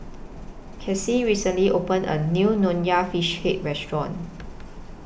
Crissie recently opened A New Nonya Fish Head Restaurant